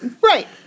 Right